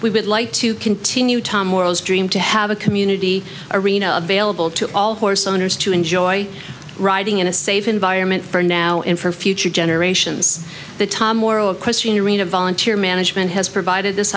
we would like to continue tom morrow's dream to have a community arena available to all horse owners to enjoy riding in a safe environment for now in for future generations the tom moral question arena volunteer management has provided this